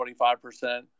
25%